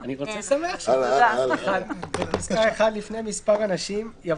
אלה אירועים בהושבה עם שמירת מרווחים וכיסאות